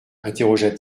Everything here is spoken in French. interrogea